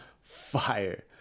fire